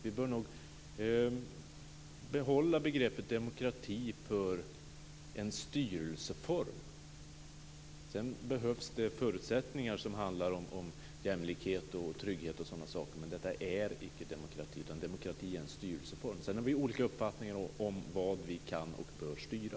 Vi bör nog se begreppet demokrati som en styrelseform. Sedan behövs det förutsättningar som handlar om jämlikhet, trygghet och sådana saker, men det är icke demokrati, utan demokrati är en styrelseform. Sedan har vi olika uppfattningar om vad vi kan och bör styra.